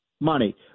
money